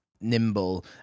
nimble